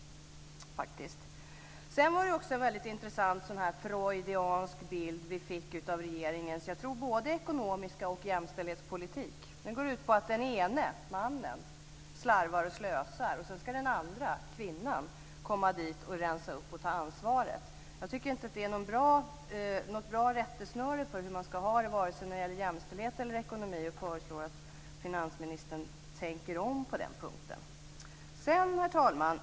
Det var också en intressant freudiansk bild som vi fick både av regeringens ekonomiska politik och av dess jämställdhetspolitik. Den går ut på att den ena parten, mannen, slarvar och slösar och på att den andra parten, kvinnan, ska rensa upp och ta ansvaret. Jag tycker inte att det är ett bra rättesnöre för hur man ska ha det vare sig när det gäller jämställdhet eller när det gäller ekonomi, och jag föreslår att finansministern tänker om på den punkten. Herr talman!